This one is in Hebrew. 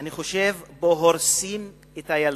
אני חושב, הורסים את הילדות.